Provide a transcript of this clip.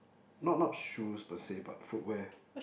not not shoes per se but footwear